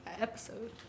episode